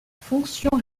fonction